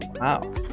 Wow